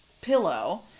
pillow